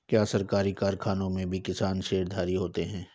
क्या सरकारी कारखानों में भी किसान शेयरधारी होते हैं?